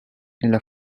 nella